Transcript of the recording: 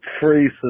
free